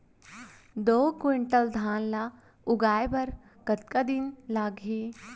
दो क्विंटल धान ला उगाए बर कतका जमीन लागही?